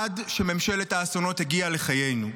עד שממשלת האסונות הגיעה לחיינו.